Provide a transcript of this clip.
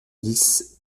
dix